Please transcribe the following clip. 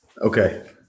Okay